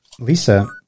Lisa